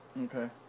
Okay